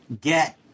get